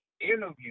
interview